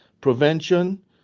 Prevention